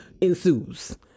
ensues